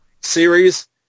series